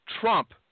Trump